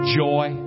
joy